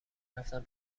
رفتم